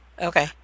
Okay